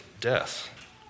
death